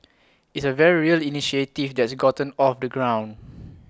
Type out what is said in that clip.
it's A very real initiative that's gotten off the ground